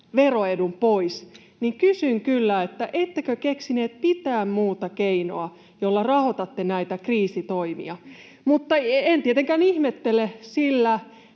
veroedun pois, niin kysyn kyllä, ettekö keksineet mitään muuta keinoa, jolla rahoitatte näitä kriisitoimia. Mutta en tietenkään ihmettele, sillä